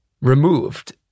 removed